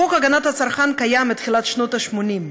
חוק הגנת הצרכן קיים מתחילת שנות ה-80,